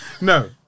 No